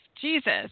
Jesus